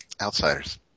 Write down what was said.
outsiders